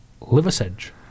Liversedge